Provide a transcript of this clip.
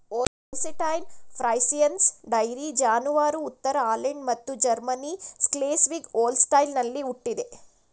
Holstein Friesians dairy ಜಾನುವಾರು ಉತ್ತರ Holland ಮತ್ತು ಜರ್ಮನಿ ಸ್ಕ್ಲೆಸ್ವಿಗ್ ಹೋಲ್ಸ್ಟೈನಲ್ಲಿ ಹುಟ್ಟಿದೆ